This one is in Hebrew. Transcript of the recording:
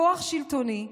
כוח שלטוני,